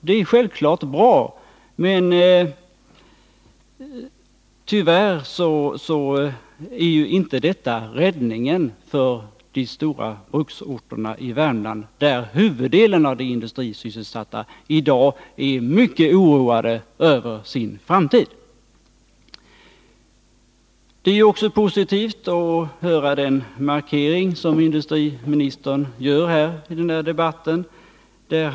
Det är självfallet bra, men det är tyvärr inte räddningen för de stora bruksorterna i Värmland, där merparten av de industrisysselsatta i dag oroar sig mycket över sin framtid. Den markering som industriministern gör i den här debatten finner jag positiv.